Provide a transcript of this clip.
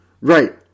Right